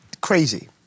Crazy